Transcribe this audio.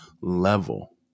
level